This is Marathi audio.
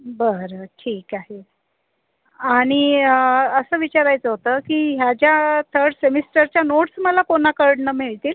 बरं ठीक आहे आणि असं विचारायचं होतं की ह्याच्या थर्ड सेमिस्टरच्या नोटस् मला कोणाकडून मिळतील